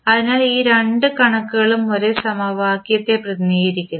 അതിനാൽ രണ്ട് കണക്കുകളും ഒരേ സമവാക്യത്തെ പ്രതിനിധീകരിക്കുന്നു